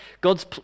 God's